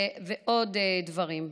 ועוד דברים.